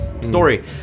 story